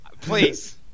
Please